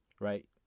Right